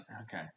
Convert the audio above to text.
Okay